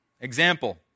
Example